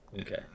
Okay